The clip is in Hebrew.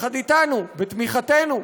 ביחד אתנו, בתמיכתנו,